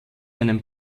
einem